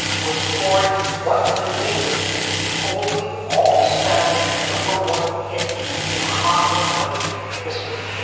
was scoring what remains the only all spanish number one hit in hot one hundred history